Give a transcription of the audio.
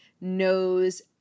knows